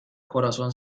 corazón